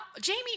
jamie